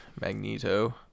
Magneto